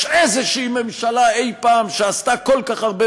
הייתה איזו ממשלה אי-פעם שעשתה כל כך הרבה